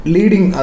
Leading